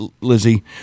lizzie